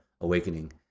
awakening